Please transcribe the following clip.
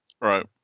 right